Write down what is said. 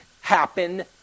happen